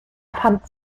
pfand